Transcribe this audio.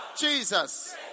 Jesus